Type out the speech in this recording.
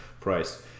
price